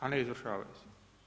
a ne izvršavaju se.